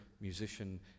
musician